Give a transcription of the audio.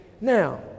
now